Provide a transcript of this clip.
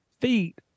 feet